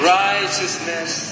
righteousness